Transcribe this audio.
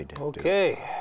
Okay